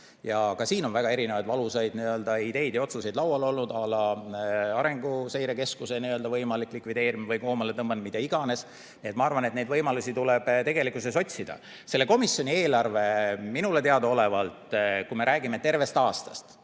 Ka siin on mitmesuguseid valusaid ideid ja otsuseid laual olnud,à laArenguseire Keskuse võimalik likvideerime või koomale tõmbamine, mida iganes. Nii et ma arvan, et neid võimalusi tuleb otsida. Selle komisjoni eelarve on minule teadaolevalt, kui me räägime tervest aastast,